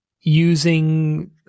using